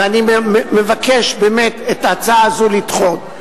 ואני מבקש, באמת, את ההצעה הזו לדחות.